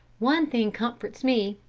one thing comforts me,